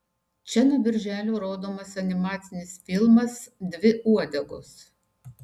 čia nuo birželio rodomas animacinis filmas dvi uodegos